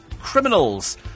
criminals